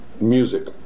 music